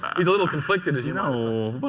he's a little conflicted as you know.